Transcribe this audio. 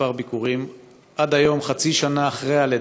בכמה ביקורים.